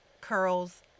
curls